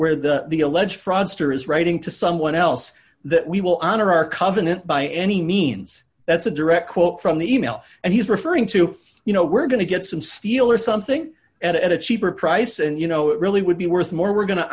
where the alleged fraudster is writing to someone else that we will honor our covenant by any means that's a direct quote from the e mail and he's referring to you know we're going to get some steel or something at a cheaper price and you know it really would be worth more we're going to